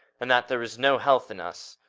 and that there is no health in us.